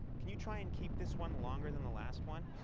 can you try and keep this one longer than the last one?